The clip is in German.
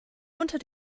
unter